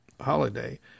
holiday